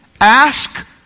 ask